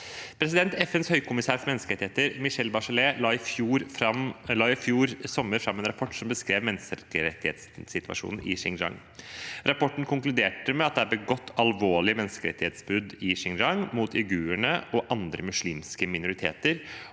møtet. FNs høykommissær for menneskerettigheter, Michelle Bachelet, la i fjor sommer fram en rapport som beskriver menneskerettighetssituasjonen i Xinjiang. Rapporten konkluderte med at det er begått alvorlige menneskerettighetsbrudd i Xinjiang mot uigurene og andre muslimske minoriteter,